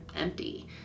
empty